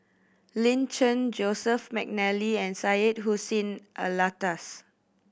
Lin Chen Joseph McNally and Syed Hussein Alatas